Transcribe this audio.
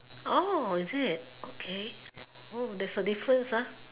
oh is it okay oh there's a difference ah